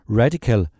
radical